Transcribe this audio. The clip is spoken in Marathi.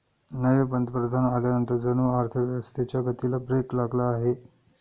नवे पंतप्रधान आल्यानंतर जणू अर्थव्यवस्थेच्या गतीला ब्रेक लागला आहे